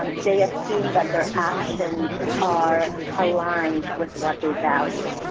um they assume that their actions are aligned with what they value.